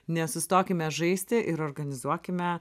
nesustokime žaisti ir organizuokime